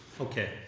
Okay